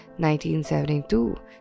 1972